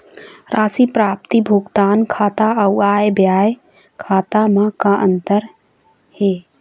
राशि प्राप्ति भुगतान खाता अऊ आय व्यय खाते म का अंतर हे?